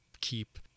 keep